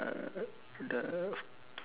uh the